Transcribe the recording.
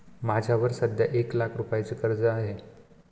माझ्यावर सध्या एक लाख रुपयांचे कर्ज आहे